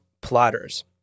plotters